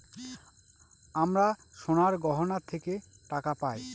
আমরা সোনার গহনা থেকে টাকা পায়